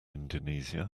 indonesia